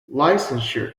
licensure